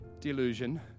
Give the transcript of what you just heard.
delusion